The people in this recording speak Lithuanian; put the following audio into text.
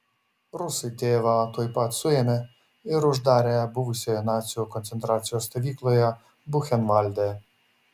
rusai tėvą tuoj pat suėmė ir uždarė buvusioje nacių koncentracijos stovykloje buchenvalde